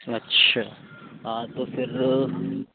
اچھا ہاں تو آ پھر